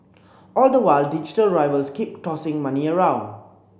all the while digital rivals keep tossing money around